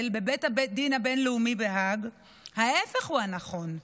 בבית הדין הבינלאומי בהאג ההפך הוא הנכון,